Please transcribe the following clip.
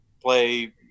play